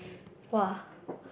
!wah!